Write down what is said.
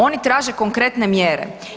Oni traže konkretne mjere.